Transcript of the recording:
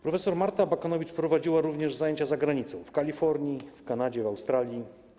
Prof. Magdalena Abakanowicz prowadziła również zajęcia za granicą: w Kalifornii, Kanadzie, Australii.